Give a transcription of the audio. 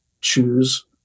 choose